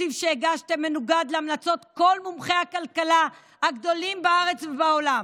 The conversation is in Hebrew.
התקציב שהגשתם מנוגד להמלצות כל מומחי הכלכלה הגדולים בארץ ובעולם.